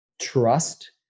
trust